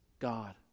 God